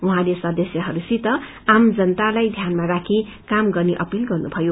उहाँले सदस्यहरूसित आम जनतालाई ध्यानमा राखि काम गत्रे अपील गर्नुभयो